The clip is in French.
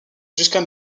jusqu’à